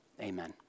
Amen